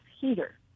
heater